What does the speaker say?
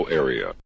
area